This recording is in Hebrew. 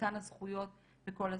אותן הזכויות וכל הזכויות.